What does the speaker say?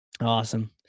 Awesome